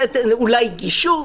זה אולי גישור,